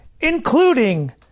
including